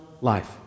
life